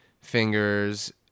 fingers